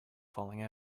falling